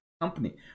company